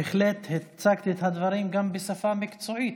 בהחלט הצגת את הדברים גם בשפה מקצועית.